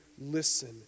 listen